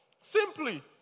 Simply